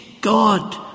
God